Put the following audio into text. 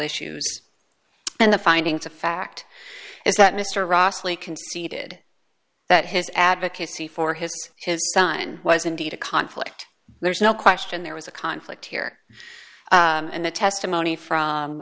issues and the findings of fact is that mr rossley conceded that his advocacy for his his son was indeed a conflict there's no question there was a conflict here and the testimony from